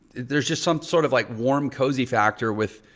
there's just some sort of like warm, cozy factor with,